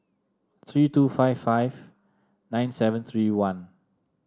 three two five five nine seven three one